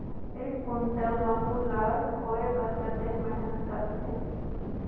एक कुंटल गहूं ला ढोए बर कतेक मेहनत लगथे?